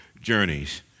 journeys